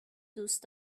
دوست